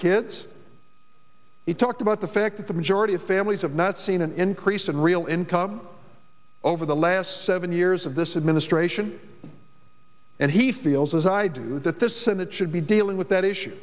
kids he talked about the fact that the majority of families have not seen an increase in real income over the last seven years of this administration and he feels as i do that the senate should be dealing with that issue